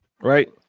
right